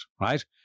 right